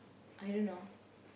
I don't know